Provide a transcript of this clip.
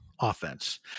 offense